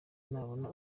nabona